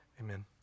Amen